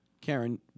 Karen